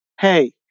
Hey